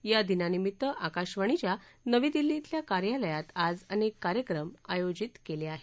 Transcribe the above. या दिनानिमित्त आकाशवाणीच्या नवी दिल्ली श्रिल्या कार्यालयात आज अनेक कार्यक्रम आयोजित केले आहेत